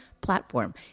platform